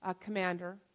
commander